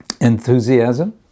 enthusiasm